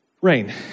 rain